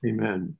Amen